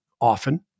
Often